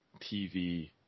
TV